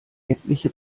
etliche